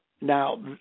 Now